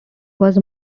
was